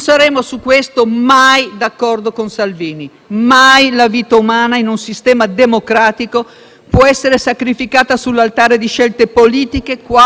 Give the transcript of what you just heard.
può essere sacrificata sull'altare di scelte politiche, quali che siano. E mai le scelte politiche di un Governo possono violare le leggi.